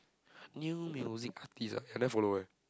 new music artiste ah I never follow eh